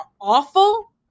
awful